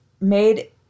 made